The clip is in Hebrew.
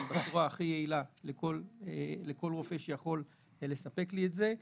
בצורה הכי יעילה לכל רופא שיכול לספק לי את זה,